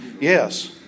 Yes